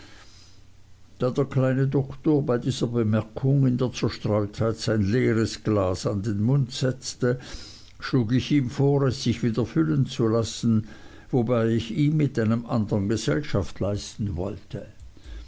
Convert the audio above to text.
der kleine doktor bei dieser bemerkung in der zerstreutheit sein leeres glas an den mund setzte schlug ich ihm vor es sich wieder füllen zu lassen wobei ich ihm mit einem andern gesellschaft leisten wollte